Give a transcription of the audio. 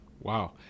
Wow